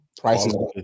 Prices